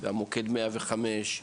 מוקד 105,